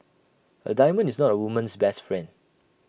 A diamond is not A woman's best friend